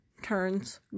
Turns